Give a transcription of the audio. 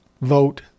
vote